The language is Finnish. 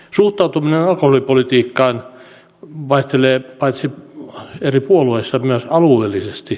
suhtautuminen alkoholipolitiikkaan vaihtelee paitsi eri puolueissa myös alueellisesti